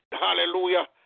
Hallelujah